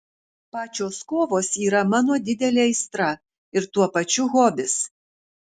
pačios kovos yra mano didelė aistra ir tuo pačiu hobis